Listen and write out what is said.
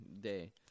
day